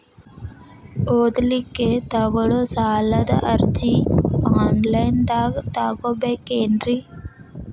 ಓದಲಿಕ್ಕೆ ತಗೊಳ್ಳೋ ಸಾಲದ ಅರ್ಜಿ ಆನ್ಲೈನ್ದಾಗ ತಗೊಬೇಕೇನ್ರಿ?